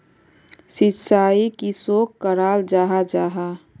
सिंचाई किसोक कराल जाहा जाहा?